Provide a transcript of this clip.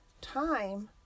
time